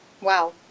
Wow